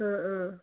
ആ ആ